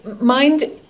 mind